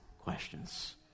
questions